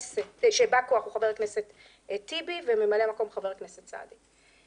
שבא כוח הוא חבר הכנסת טיבי וממלא מקום הוא חבר הכנסת סעדי.